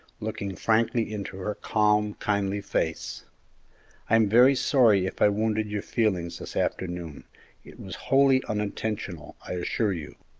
looking frankly into her calm, kindly face i am very sorry if i wounded your feelings this afternoon it was wholly unintentional, i assure you.